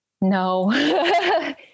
No